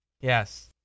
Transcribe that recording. yes